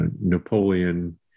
Napoleon